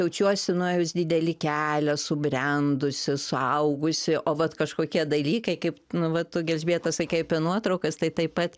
jaučiuosi nuėjus didelį kelią subrendusi suaugusi o vat kažkokie dalykai kaip nu va tu gi elžbieta sakei apie nuotraukas tai taip pat